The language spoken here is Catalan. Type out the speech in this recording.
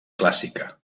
clàssica